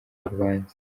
urubanza